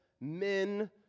men